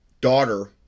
daughter